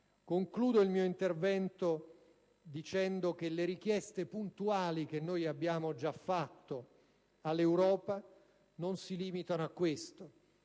Concludo il mio intervento dicendo che le richieste puntuali che noi abbiamo già fatto all'Europa non si limitano a questo,